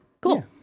Cool